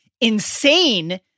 insane